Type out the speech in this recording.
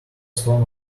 stone